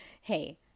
hey